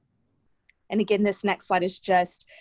and again, this next slide is just